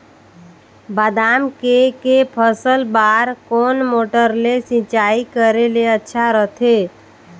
बादाम के के फसल बार कोन मोटर ले सिंचाई करे ले अच्छा रथे?